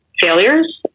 failures